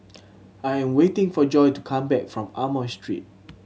I'm waiting for Joy to come back from Amoy Street